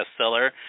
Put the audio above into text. bestseller